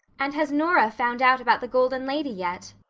and has nora found out about the golden lady yet?